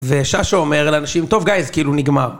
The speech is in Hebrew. וששו אומר לאנשים: טוב, גאיז, כאילו... נגמר.